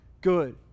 good